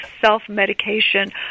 self-medication